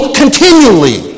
continually